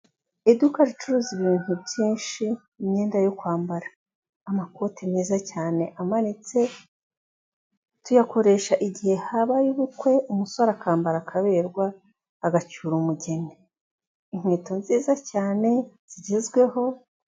Iduka ricuruza ibintu byinshi imyenda yo kwambara, amakoti meza cyane amanitse tuyakoresha igihe habaye ubukwe, umusore akambara akaberwa agacyura umugeni, inkweto nziza cyane zigezweho.